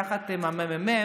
יחד עם הממ"מ,